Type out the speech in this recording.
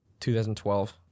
2012